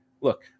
look